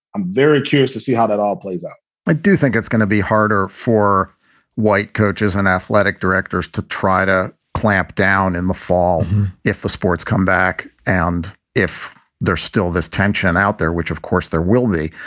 i'm very curious to see how that all plays out i do think it's going to be harder for white coaches and athletic directors to try to clamp down in the fall if the sports come back. and if there's still this tension out there, which, of course, there will be.